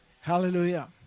Hallelujah